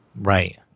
Right